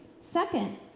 Second